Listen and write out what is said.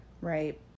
right